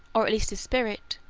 or at least his spirit,